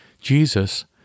Jesus